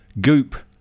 Goop